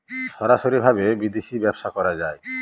সরাসরি ভাবে বিদেশী ব্যবসা করা যায়